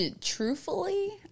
Truthfully